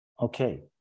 okay